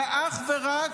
אלא אך ורק,